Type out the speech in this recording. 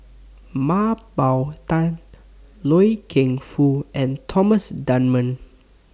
Mah Bow Tan Loy Keng Foo and Thomas Dunman